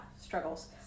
struggles